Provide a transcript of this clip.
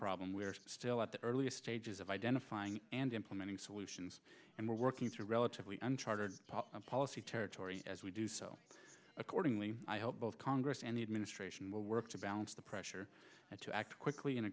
problem we are still at the earliest stages of identifying and implementing solutions and we're working through relatively policy territory as we do so accordingly i hope both congress and the administration will work to balance the pressure to act quickly and